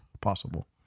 Possible